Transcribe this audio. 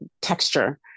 texture